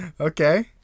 Okay